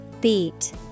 Beat